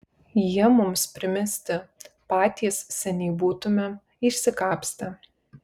jie mums primesti patys seniai būtumėm išsikapstę